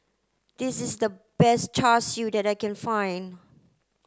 this is the best char Siu that I can find